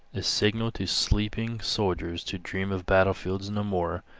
a signal to sleeping soldiers to dream of battlefields no more,